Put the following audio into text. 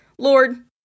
Lord